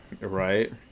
Right